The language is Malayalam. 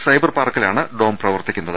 സൈബർപാർക്കിലാണ് ഡോം പ്രവർത്തിക്കുന്നത്